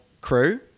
crew